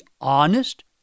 honest